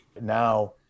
now